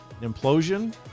implosion